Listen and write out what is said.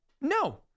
No